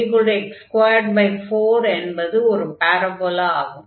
yx24 என்பது ஒரு parabola ஆகும்